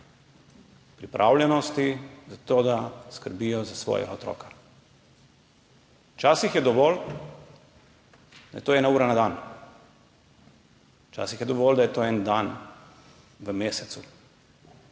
pripravljenosti za to, da skrbijo za svojega otroka. Včasih je dovolj, da je to ena ura na dan, včasih je dovolj, da je to en dan v mesecu,